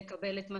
לקבל את מה